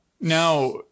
now